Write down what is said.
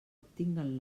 obtinguen